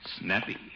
Snappy